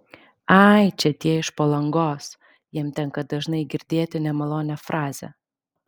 ai čia tie iš palangos jam tenka dažnai girdėti nemalonią frazę